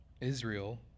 Israel